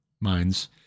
minds